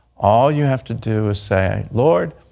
all you have to do is say, lord,